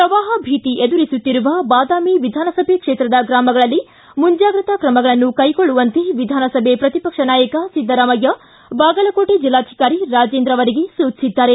ಪ್ರವಾಪ ಭೀತಿ ಎದುರಿಸುತ್ತಿರುವ ಬಾದಾಮಿ ವಿಧಾನಸಭೆ ಕ್ಷೇತ್ರದ ಗ್ರಾಮಗಳಲ್ಲಿ ಮುಂಜಾಗ್ರತಾ ಕ್ರಮಗಳನ್ನು ಕೈಗೊಳ್ಳುವಂತೆ ವಿಧಾನಸಭೆ ಪ್ರತಿಪಕ್ಷ ನಾಯಕ ಸಿದ್ದರಾಮಯ್ಯ ಬಾಗಲಕೋಟೆ ಜಿಲ್ಲಾಧಿಕಾರಿ ರಾಜೇಂದ್ರ ಅವರಿಗೆ ಸೂಚಿಸಿದ್ದಾರೆ